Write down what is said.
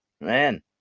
Man